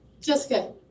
Jessica